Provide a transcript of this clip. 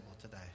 today